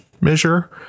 measure